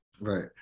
Right